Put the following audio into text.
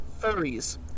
Furries